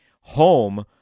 home